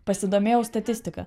pasidomėjau statistika